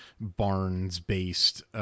Barnes-based